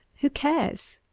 who cares?